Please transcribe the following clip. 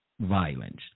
violence